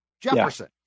Jefferson